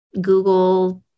Google